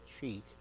cheek